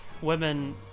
women